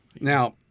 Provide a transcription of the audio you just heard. Now